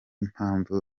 mpamvu